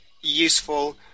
useful